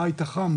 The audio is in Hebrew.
בית החם,